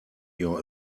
your